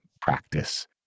practice